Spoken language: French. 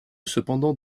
cependant